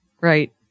Right